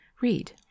read